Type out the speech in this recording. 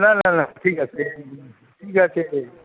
না না না ঠিক আছে ঠিক আছে